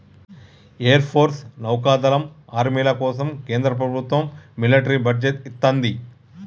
air force, నౌకాదళం, ఆర్మీల కోసం కేంద్ర ప్రభత్వం మిలిటరీ బడ్జెట్ ఇత్తంది